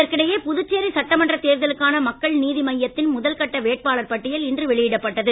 இதற்கிடையே புதுச்சேரி சட்டமன்றத் தேர்தலுக்கான மக்கள் நீதி மய்யத்தின் முதல்கட்ட வேட்பாளர் பட்டியல் இன்று வெளியிடப்பட்டது